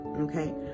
okay